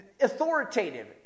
authoritative